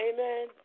Amen